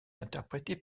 interprété